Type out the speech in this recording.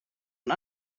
und